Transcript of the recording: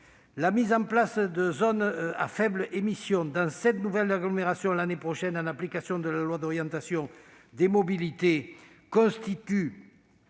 La mise en place de zones à faibles émissions dans sept nouvelles agglomérations l'année prochaine, en application de la loi d'orientation des mobilités, constitue